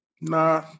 Nah